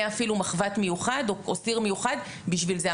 אפילו מחבת מיוחד או סיר מיוחד בשביל זה.